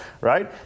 right